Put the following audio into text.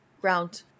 ground